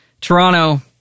Toronto